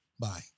Bye